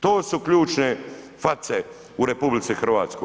To su ključne face u RH.